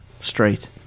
Straight